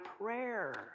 prayer